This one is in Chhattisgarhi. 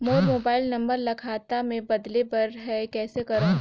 मोर मोबाइल नंबर ल खाता मे बदले बर हे कइसे करव?